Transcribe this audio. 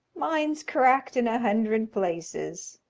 mine's cracked in a hundred places.